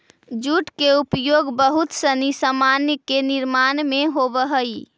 jute के उपयोग बहुत सनी सामान के निर्माण में होवऽ हई